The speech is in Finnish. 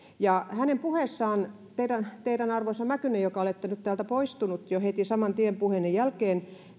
hänen puheessaan tuli ilmi teidän puheessanne arvoisa mäkynen joka olette nyt täältä poistunut heti saman tien puheenne jälkeen